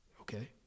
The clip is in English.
okay